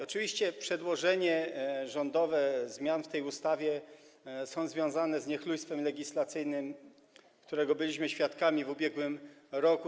Oczywiście przedłożenie rządowe dotyczące zmian w tej ustawie jest związane z niechlujstwem legislacyjnym, którego byliśmy świadkami w ubiegłym roku.